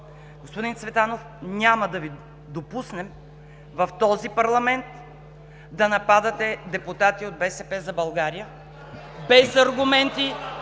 Господин Цветанов, няма да допуснем в този парламент да нападате депутати от “БСП за България”, без аргументи